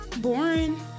boring